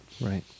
Right